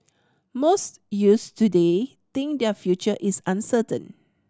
most youths today think that their future is uncertain